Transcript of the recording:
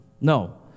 No